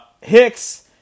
Hicks